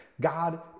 God